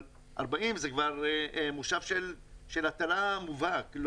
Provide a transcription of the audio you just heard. אבל 40 זה כבר מושב של הטלה מובהק,